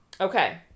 Okay